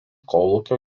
kolūkio